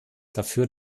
dafür